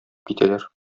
китәләр